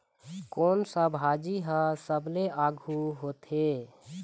कोन सा भाजी हा सबले आघु होथे?